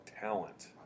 talent